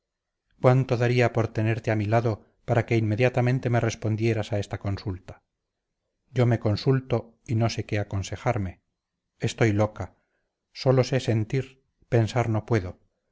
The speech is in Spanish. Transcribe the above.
cuánto daría por tenerte a mi lado para que inmediatamente me respondieras a esta consulta yo me consulto y no sé qué aconsejarme estoy loca sólo sé sentir pensar no puedo